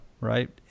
right